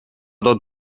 dort